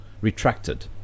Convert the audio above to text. retracted